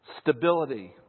Stability